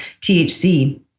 THC